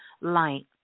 light